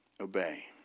obey